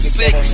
six